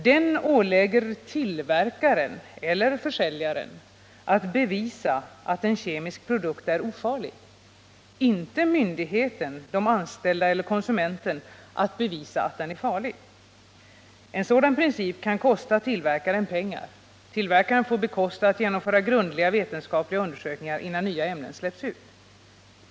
Den ålägger tillverkaren eller försäljaren att bevisa att en kemisk produkt är ofarlig — inte myndigheten, de anställda eller konsumenten att bevisa att den är farlig. En sådan princip kan kosta tillverkaren pengar. Tillverkaren får bekosta grundliga vetenskapliga undersökningar, innan nya ämnen släpps ut.